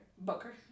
Booker